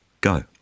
go